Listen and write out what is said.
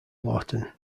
lawton